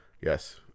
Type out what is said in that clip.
yes